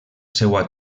seua